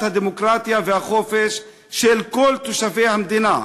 הדמוקרטיה והחופש של כל תושבי המדינה.